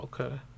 Okay